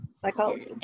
psychology